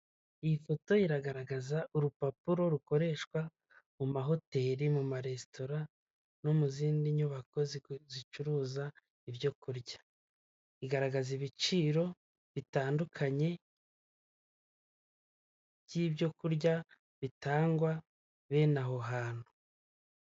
Iyi foto iragaragaza urupapuro rukoreshwa mu mahoteri, mu maresitora no mu zindi nyubako zicuruza ibyo kurya, igaragaza ibiciro bitandukanye by'ibyo kurya bitangwa bene aho hantu.